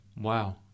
Wow